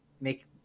make